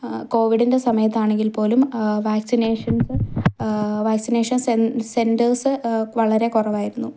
കോവിഡിൻ്റെ സമയത്താണെങ്കിൽ പോലും വാക്സിനേഷൻസ് വാക്സിനേഷൻ സെൻ സെൻറേഴ്സ് വളരെ കുറവായിരുന്നു